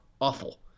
awful